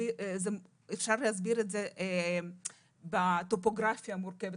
אפשר להסביר את זה בטופוגרפיה המורכבת,